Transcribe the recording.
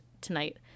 tonight